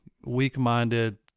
weak-minded